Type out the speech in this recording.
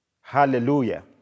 Hallelujah